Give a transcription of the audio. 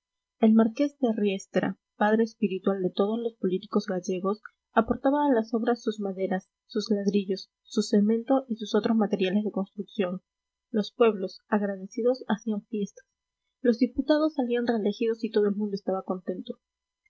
el marqués de riestra padre espiritual de todos los políticos gallegos aportaba a las obras sus maderas sus ladrillos su cemento y sus otros materiales de construcción los pueblos agradecidos hacían fiestas los diputados salían reelegidos y todo el mundo estaba contento